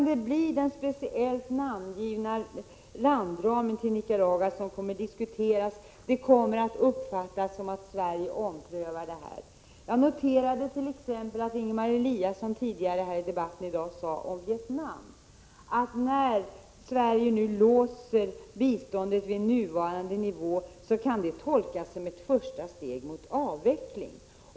Det blir den speciellt namngivna landramen för Nicaragua som kommer att diskuteras, och det kommer att uppfattas som att Sverige omprövar biståndet. Jag noterade att Ingemar Eliasson tidigare i debatten sade om Vietnam att när Sverige nu låser biståndet vid nuvarande nivå kan det tolkas som ett första steg mot avveckling.